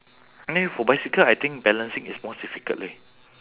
I mean for bicycle I think balancing is most difficult leh